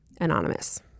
anonymous